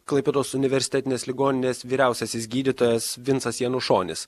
klaipėdos universitetinės ligoninės vyriausiasis gydytojas vincas janušonis